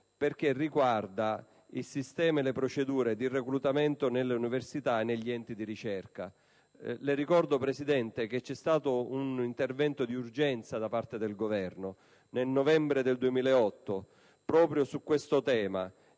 perché riguarda il sistema e le procedure di reclutamento nelle università e negli enti di ricerca. Le ricordo, signor Presidente, che c'è stato un intervento d'urgenza da parte del Governo. Proprio su questo tema